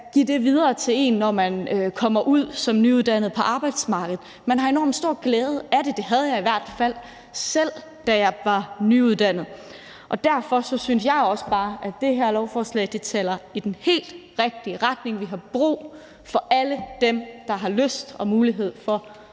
kan give det videre til en, når man som nyuddannet kommer ud på arbejdsmarkedet. Man har enormt stor glæde af det, det havde jeg i hvert fald selv, da jeg var nyuddannet, og derfor synes jeg også bare, at det her lovforslag taler i den helt rigtige retning. Vi har brug for alle dem, der har lyst til og mulighed for